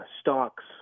stocks